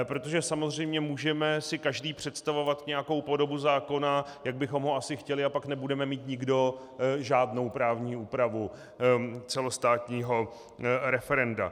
Protože samozřejmě si můžeme každý představovat nějakou podobu zákona, jak bychom ho asi chtěli, a pak nebudeme mít nikdo žádnou právní úpravu celostátního referenda.